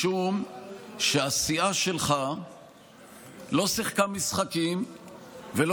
משום שהסיעה שלך לא שיחקה משחקים ולא